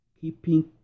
Keeping